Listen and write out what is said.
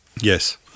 Yes